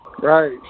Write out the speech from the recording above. Right